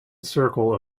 circle